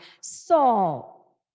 Saul